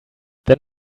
then